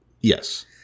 Yes